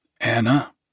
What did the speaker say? Anna